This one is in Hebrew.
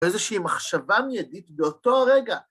‫באיזשהי מחשבה מיידית באותו הרגע.